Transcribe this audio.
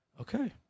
Okay